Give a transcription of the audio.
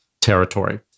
territory